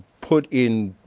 put in